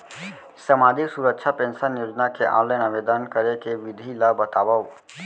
सामाजिक सुरक्षा पेंशन योजना के ऑनलाइन आवेदन करे के विधि ला बतावव